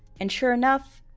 and sure enough,